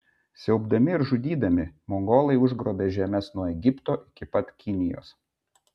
siaubdami ir žudydami mongolai užgrobė žemes nuo egipto iki pat kinijos